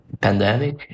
pandemic